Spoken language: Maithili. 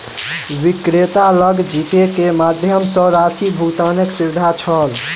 विक्रेता लग जीपे के माध्यम सॅ राशि भुगतानक सुविधा छल